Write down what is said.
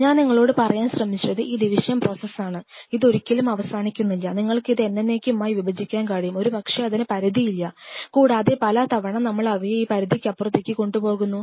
ഞാൻ നിങ്ങളോട് പറയാൻ ശ്രമിച്ചത് ഈ ഡിവിഷൻ പ്രോസസ് ആണ് ഇത് ഒരിക്കലും അവസാനിക്കുന്നില്ല നിങ്ങൾക്ക് ഇത് എന്നെന്നേക്കുമായി വിഭജിക്കാൻ കഴിയും ഒരുപക്ഷേ അതിന് പരിധിയില്ല കൂടാതെ പലതവണ നമ്മളവയെ ആ പരിധിക്കപ്പുറത്തേക്ക് കൊണ്ടുപോകുന്നു